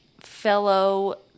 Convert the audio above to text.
fellow